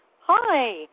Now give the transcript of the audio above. Hi